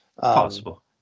possible